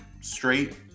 straight